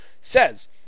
says